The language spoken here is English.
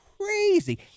crazy